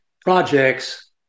projects